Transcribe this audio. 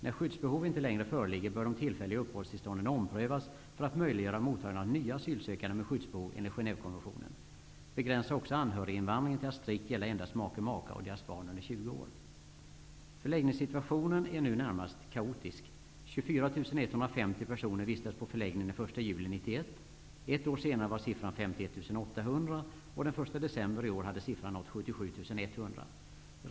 När skyddsbehov inte längre föreligger bör de tillfälliga uppehållstillstånden omprövas för att möjliggöra mottagande av nya asylsökande med skyddsbehov enligt Genèvekonventionen. Be gränsa också anhöriginvandringen till att strikt gälla endast make eller maka och deras barn un der 20 år. Förläggningssituationen än nu närmast kaotisk. 1991. Ett år senare var siffran 51 800. Den 1 de cember i år hade siffran nått 77 100.